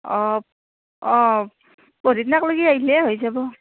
অঁ অঁ পৰহিদিনাকলৈকে আহিলে হৈ যাব